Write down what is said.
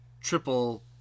triple